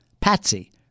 patsy